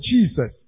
Jesus